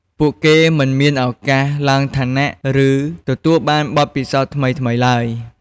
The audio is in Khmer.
ពួកគេមិនមានឱកាសឡើងឋានៈ ឬទទួលបានបទពិសោធន៍ថ្មីៗឡើយ។